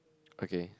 okay